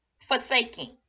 forsaking